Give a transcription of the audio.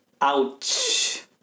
Ouch